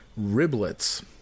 riblets